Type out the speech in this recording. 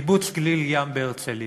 קיבוץ גליל-ים בהרצלייה,